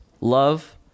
Love